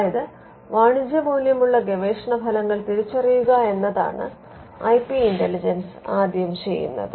അതായതു വാണിജ്യ മൂല്യമുള്ള ഗവേഷണ ഫലങ്ങൾ തിരിച്ചറിയുക എന്നതാണ് ഐ പി ഇന്റലിജൻസ് ആദ്യം ചെയ്യുന്നത്